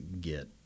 get